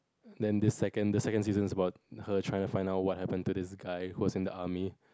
then this second the second season is about her trying to find out what happen to this guy who was in the army